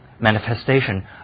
manifestation